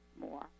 more